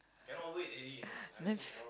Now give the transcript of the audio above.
it's